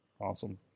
Awesome